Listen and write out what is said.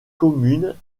communes